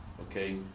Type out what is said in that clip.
okay